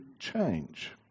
change